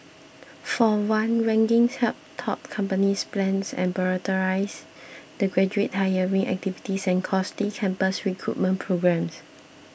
for one rankings help top companies plan and prioritise their graduate hiring reactivities and costly campus recruitment programmes